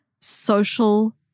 social